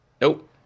Nope